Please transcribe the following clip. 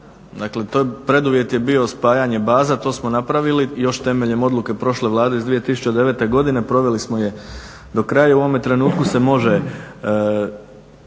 dakle preduvjet je bio spajanje baza, to smo napravili, još temeljem odluke prošle Vlade iz 2009. godine, proveli smo je do kraja i u ovome trenutku se može